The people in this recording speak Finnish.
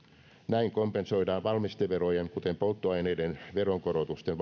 näin kompensoidaan valmisteverojen kuten polttoaineiden veronkorotusten